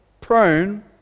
prone